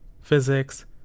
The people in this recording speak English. physics